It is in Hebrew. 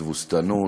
תבוסתנות,